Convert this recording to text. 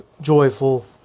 joyful